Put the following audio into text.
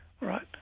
right